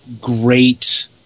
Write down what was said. great